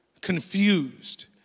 Confused